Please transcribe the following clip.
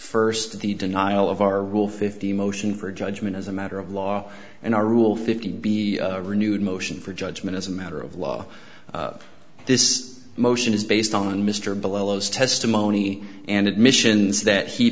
the denial of our rule fifty motion for judgment as a matter of law and or rule fifteen be renewed motion for judgment as a matter of law this motion is based on mr billows testimony and admissions that he